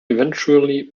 eventually